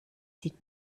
sieht